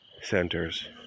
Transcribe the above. centers